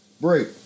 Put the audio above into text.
Break